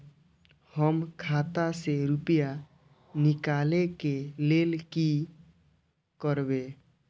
हम खाता से रुपया निकले के लेल की करबे?